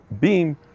beam